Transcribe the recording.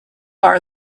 are